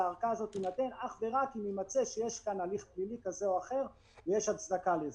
שהארכה הזאת תינתן אך ורק אם יימצא שיש כאן הליך פלילי ויש הצדקה לזה.